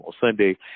Sunday